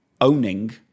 owning